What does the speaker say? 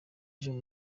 ejo